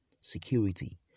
security